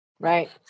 Right